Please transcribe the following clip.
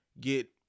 get